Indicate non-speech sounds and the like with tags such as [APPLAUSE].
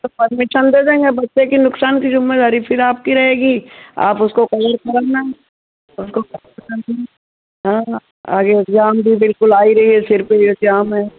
तो परमिशन दे देंगे बच्चे के नुकसान की जिम्मेदारी फिर आपकी रहेगी आप उसको कवर कराना [UNINTELLIGIBLE] हाँ आगे एग्जाम भी बिल्कुल आ ही रही है सिर पर एग्जाम है